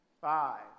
five